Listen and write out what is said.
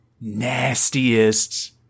nastiest